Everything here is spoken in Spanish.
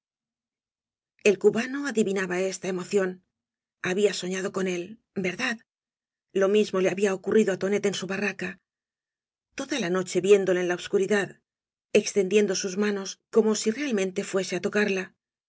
el cubano adivinaba esta emoción habia soñado con él verdad lo mismo le había ocurrido tonet en su barraca toda la noche viéndola en la obscuridad extendiendo sus manos como si realmente fuese á tocarla